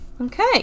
Okay